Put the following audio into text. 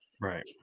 Right